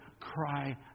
cry